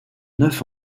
neuf